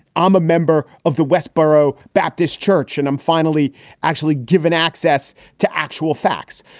um a member of the westboro baptist church and i'm finally actually given access to actual facts.